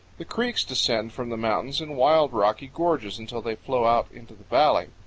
the creeks descend from the mountains in wild rocky gorges, until they flow out into the valley.